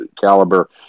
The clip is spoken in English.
caliber